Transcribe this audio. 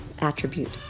attribute